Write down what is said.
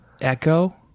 echo